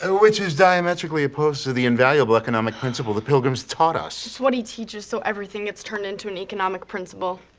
which is diametrically opposed to the invaluable economic principle the pilgrims taught us! it's what he teaches so everything gets turned into an economic principle.